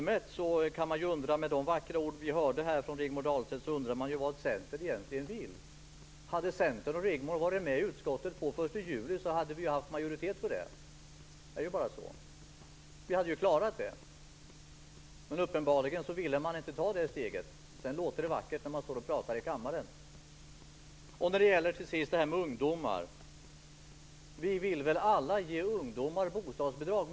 Med tanke på de vackra ord vi hörde från Rigmor Ahlstedt kan man undra vad Centern egentligen vill. Hade Centern och Rigmor Ahlstedt i utskottet varit med på en ändring från den 1 juli hade vi haft majoritet för det förslaget. Det är bara så. Vi hade klarat det. Men uppenbarligen ville man inte ta det steget. Sedan låter det vackert när man pratar i kammaren. Till sist vill jag säga att vi väl alla vill ge ungdomar bostadsbidrag.